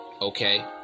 Okay